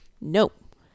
Nope